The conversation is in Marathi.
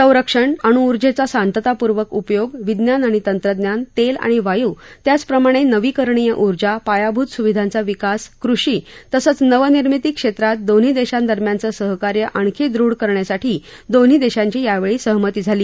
संरक्षण अणुऊर्जेचा शांततापूर्वक उपयोग विज्ञान आणि तंत्रज्ञान तेल आणि वायू त्याचप्रमाणे नवीकरणीय ऊर्जा पायाभूत सुविधांचा विकास कृषी तसंच नवनिर्मिती क्षेत्रात दोन्ही देशांदरम्यानचं सहकार्य आणखी दृढ करण्यासाठी दोन्ही देशांची यावेळी सहमती झाली